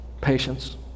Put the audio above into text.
Patience